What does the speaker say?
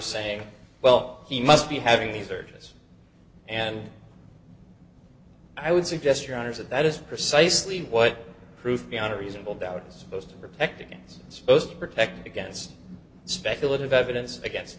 saying well he must be having these urges and i would suggest your honour's of that is precisely what proof beyond a reasonable doubt is supposed to protect against supposed to protect against speculative evidence against